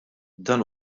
dan